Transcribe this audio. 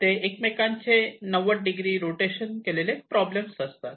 ते एकमेकांचे 90 degree rotation केलेले प्रॉब्लेम असतात